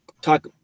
talk